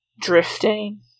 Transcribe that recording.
drifting